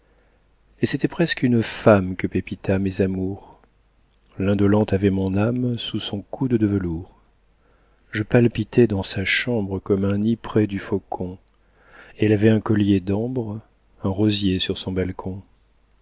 et c'était presque une femme que pepita mes amours l'indolente avait mon âme sous son coude de velours je palpitais dans sa chambre comme un nid près du faucon elle avait un collier d'ambre un rosier sur son balcon